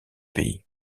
pays